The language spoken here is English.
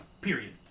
Period